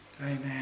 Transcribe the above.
Amen